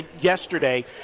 yesterday